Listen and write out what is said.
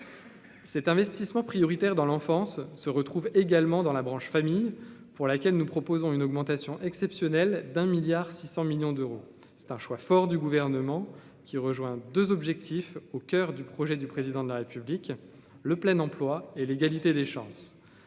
Cet investissement prioritaire dans l'enfance se retrouve également dans la branche famille, pour laquelle nous proposons une augmentation exceptionnelle d'un milliard 600 millions d'euros, c'est un choix fort du gouvernement, qui rejoint 2 objectifs au coeur du projet du président de la République, le plein emploi et l'égalité des chances,